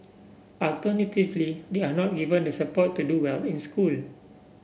alternatively they are not given the support to do well in school